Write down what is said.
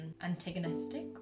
Antagonistic